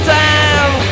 time